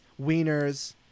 wieners